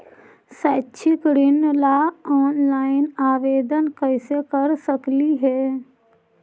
शैक्षिक ऋण ला ऑनलाइन आवेदन कैसे कर सकली हे?